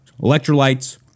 Electrolytes